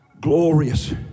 glorious